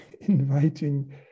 inviting